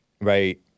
Right